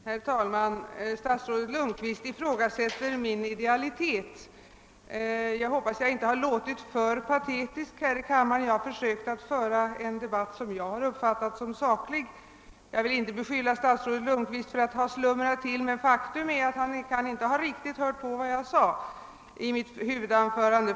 Herr talman! Statsrådet Lundkvist ifrågasätter min idealitet. Jag hoppas att jag inte har låtit alltför patetisk här i kammaren. Jag har försökt att föra en debatt som jag har uppfattat som saklig. Jag vill inte beskylla statsrådet Lundkvist. för att ha slumrat till, men faktum är att han inte "kan ha riktigt hört på vad jag sade i mitt huvudanförande.